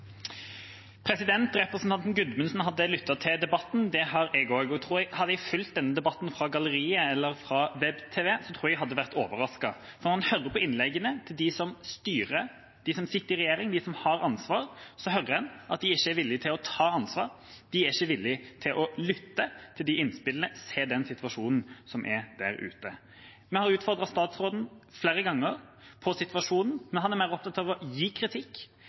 fireårsperioden. Representanten Gudmundsen hadde lyttet til debatten. Det har jeg også, og hadde jeg fulgt denne debatten fra galleriet eller fra web-tv, tror jeg jeg hadde vært overrasket. Når man hører på innleggene til dem som styrer – de som sitter i regjering, de som har ansvar – hører en at de ikke er villig til å ta ansvar, de er ikke villig til å lytte til innspillene, se på den situasjonen som er der ute. Vi har utfordret statsråden flere ganger på situasjonen, men han er mer opptatt av å gi kritikk